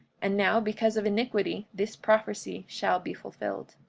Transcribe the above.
and now, because of iniquity, this prophecy shall be fulfilled.